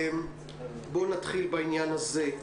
בואו נתחיל בעניין הזה.